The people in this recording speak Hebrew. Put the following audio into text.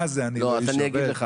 מה זה --- גם אני נפגעתי.